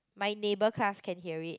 my neighbour class can hear it